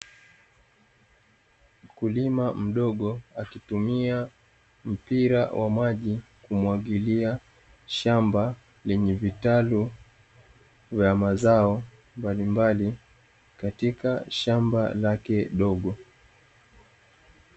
Mkulima mdogo akitumia mpira wa maji, kumwagilia shamba lenye vitalu vya mazao mbalimbali, katika shamba lake dogo.